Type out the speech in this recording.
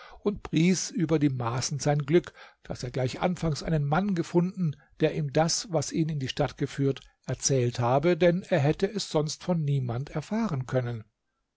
und pries über die maßen sein glück daß er gleich anfangs einen mann gefunden der ihm das was ihn in die stadt geführt erzählt habe denn er hätte es sonst von niemand erfahren können